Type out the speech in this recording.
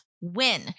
win